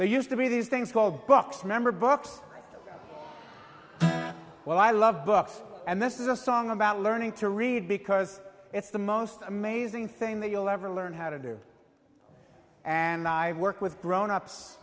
there used to be these things called books remember books well i love books and this is a song about learning to read because it's the most amazing thing that you'll ever learn how to do and i work with grownups